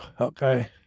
okay